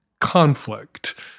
conflict